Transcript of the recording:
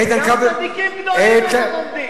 גם צדיקים גדולים אינם עומדים.